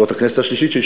זאת הכנסת השלישית שלי,